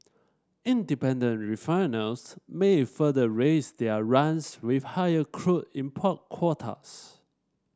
independent refiners may further raise their runs with higher crude import quotas